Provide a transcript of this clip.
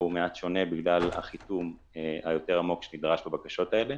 מעט שונה בגלל החיתום היותר עמוק שנדרש בבקשות האלה.